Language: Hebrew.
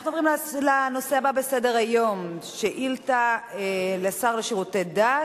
אנחנו עוברים לנושא הבא בסדר-היום: שאילתא לשר לשירותי דת.